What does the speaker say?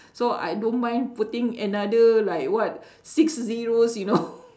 so I don't mind putting another like what six zeros you know